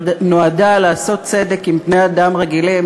שנועדה לעשות צדק עם בני-אדם רגילים.